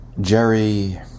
Jerry